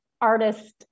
artist